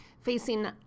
Facing